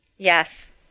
Yes